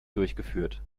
durchgeführt